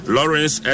Lawrence